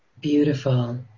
Beautiful